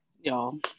Y'all